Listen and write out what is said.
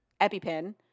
EpiPen